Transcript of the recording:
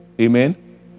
Amen